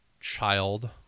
child